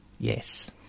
Yes